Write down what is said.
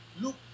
Look